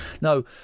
No